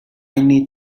need